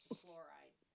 fluoride